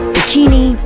Bikini